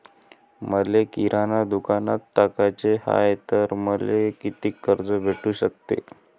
मले किराणा दुकानात टाकाचे हाय तर मले कितीक कर्ज भेटू सकते?